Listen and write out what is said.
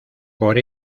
por